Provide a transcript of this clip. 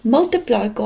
Multiply